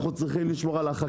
אנחנו צרכים לשמור על החקלאות,